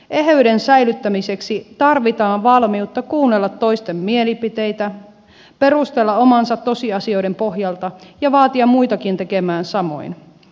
eheyden säilyttämiseksi tarvitaan valmiutta kuunnella toisten mielipiteitä perustella omansa tosiasioiden pohjalta ja vaatia muitakin tekemään samoin